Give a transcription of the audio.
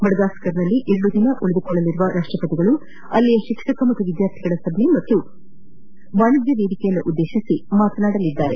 ಮಡಗಾಸ್ಕರ್ನಲ್ಲಿ ಎರಡು ದಿನ ಉಳಿದುಕೊಳ್ಳಲಿರುವ ರಾಷ್ಟ್ರಪತಿಗಳು ಅಲ್ಲಿಯ ಶಿಕ್ಷಕರು ಮತ್ತು ವಿದ್ಯಾರ್ಥಿಗಳ ಸಭೆ ಹಾಗೂ ವಾಣಿಜ್ಯ ವೇದಿಕೆಯನ್ನು ಉದ್ದೇಶಿಸಿ ಮಾತನಾಡಲಿದಾರೆ